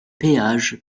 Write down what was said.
péage